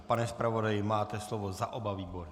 Pane zpravodaji máte slovo za oba výbory.